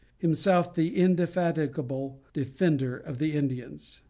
himself the indefatigable defender of the indians.